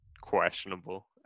questionable